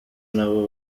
nabo